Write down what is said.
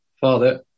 Father